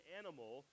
animal